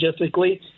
logistically